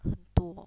很多